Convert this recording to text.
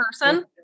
person